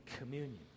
communion